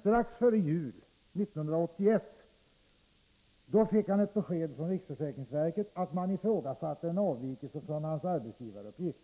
Strax före jul 1981 fick A emellertid ett besked från riksförsäkringsverket att man övervägde en avvikelse från hans arbetsgivaruppgift.